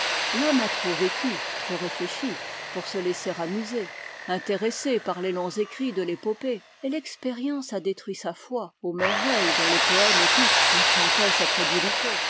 l'homme a trop vécu trop réfléchi pour se laisser amuser intéresser par les longs écrits de l'épopée et l'expérience a détruit sa foi aux merveilles dont le poème épique enchantait sa crédulité